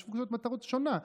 יש פונקציות מטרות שונות.